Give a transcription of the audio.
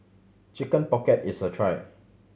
Chicken Pocket is a try